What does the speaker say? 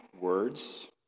words